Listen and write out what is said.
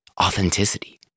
authenticity